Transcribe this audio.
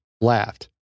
laughed